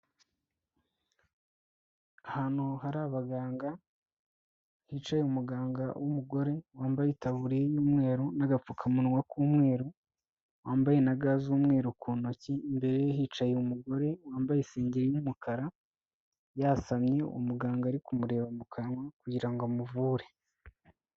Ahantu hari abaganga, hicaye umuganga w'umugore wambaye itaburiya y'umweru n'agapfukamunwa k'umweru, wambaye na ga z'umweru ku ntoki, imbere ye hicaye umugore wambaye isingeri y'umukara, yasamye, umuganga ari kumureba mu kanwa kugira ngo amuvure.